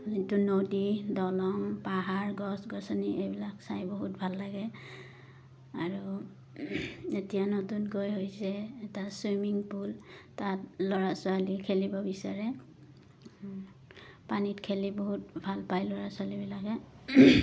যিটো নদী দলং পাহাৰ গছ গছনি এইবিলাক চাই বহুত ভাল লাগে আৰু এতিয়া নতুনকৈ হৈছে এটা চুইমিং পুল তাত ল'ৰা ছোৱালী খেলিব বিচাৰে পানীত খেলি বহুত ভাল পায় ল'ৰা ছোৱালীবিলাকে